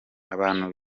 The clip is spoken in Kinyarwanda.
abantu